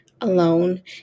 alone